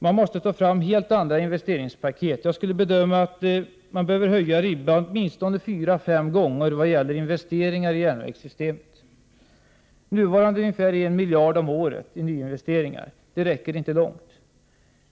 Man måste ta fram helt andra investeringspaket. Jag bedömer att man måste höja ribban fyra fem gånger när det gäller investeringar i järnvägssystemet. I nuläget satsas det ungefär 1 miljard per år på nya investeringar. Det räcker inte långt.